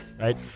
right